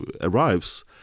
arrives